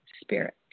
spirit